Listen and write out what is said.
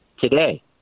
today